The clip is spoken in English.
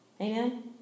Amen